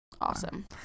Awesome